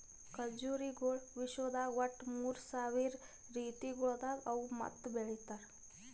ಖಜುರಿಗೊಳ್ ವಿಶ್ವದಾಗ್ ಒಟ್ಟು ಮೂರ್ ಸಾವಿರ ರೀತಿಗೊಳ್ದಾಗ್ ಅವಾ ಮತ್ತ ಬೆಳಿತಾರ್